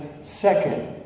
second